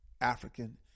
African